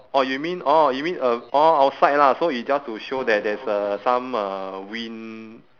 orh you mean orh you mean uh orh outside lah so it's just to show that there's uh some uh wind